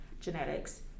genetics